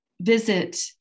visit